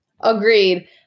Agreed